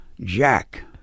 Jack